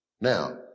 Now